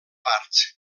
parts